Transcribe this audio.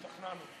השתכנענו.